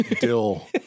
dill